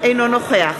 אינו נוכח